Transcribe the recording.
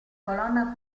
colonna